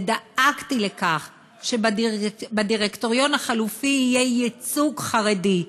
ודאגתי לכך שבדירקטוריון החלופי יהיה ייצוג חרדי.